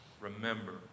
Remember